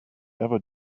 ever